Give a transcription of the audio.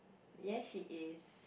yes it is